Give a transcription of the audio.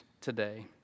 today